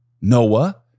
Noah